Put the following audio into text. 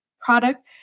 product